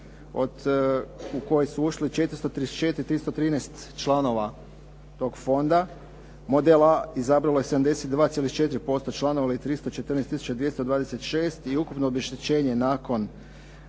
u koje su ušli 434 313 članova toga fonda. Model A izabralo je 72.4% članova ili 314 tisuća 226 i ukupno obeštećenje nakon